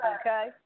okay